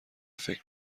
فکر